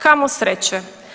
Kamo sreće.